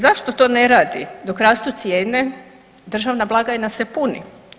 Zašto to ne radi dok rastu cijene, državna blagajna se puni.